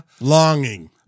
longing